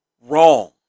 wrong